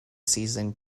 season